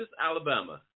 Alabama